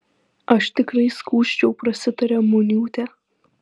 aš tikrai skųsčiau prasitarė muniūtė